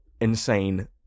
insane